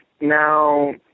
now